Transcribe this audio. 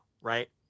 right